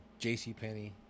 JCPenney